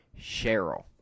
Cheryl